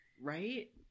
Right